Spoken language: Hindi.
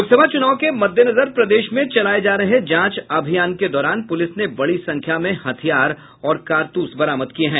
लोकसभा चुनाव के मद्देनजर प्रदेश में चलाये जा रहे जांच अभियान के दौरान पुलिस ने बड़ी संख्या में हथियार और कारतूस बरामद किये हैं